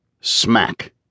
Smack